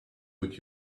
would